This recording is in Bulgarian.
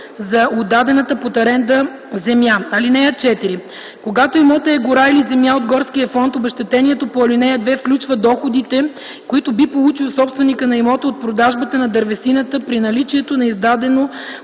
за отдадената под аренда земя. (4) Когато имотът е гора или земя от горския фонд, обезщетението по ал. 2 включва доходите, които би получил собственикът на имота от продажбата на дървесината при наличието на издадено